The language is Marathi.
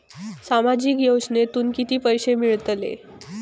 सामाजिक योजनेतून किती पैसे मिळतले?